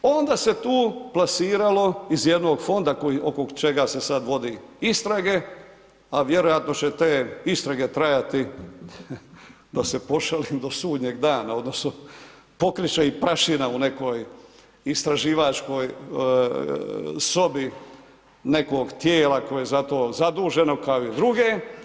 Onda se tu plasiralo iz jednog fonda oko čega se sada vode istrage a vjerojatno će te istrage trajati, da se pošalim do sudnjeg dana, odnosno pokrit će ih prašina u nekoj istraživačkoj sobi nekog tijela koje je za to zaduženo kao i druge.